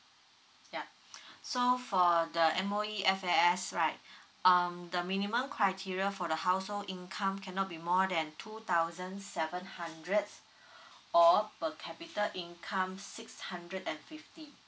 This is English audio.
ya so for the M_O_E F_A_S right um the minimum criteria for the household income cannot be more than two thousand seven hundred or per capita income six hundred and fifty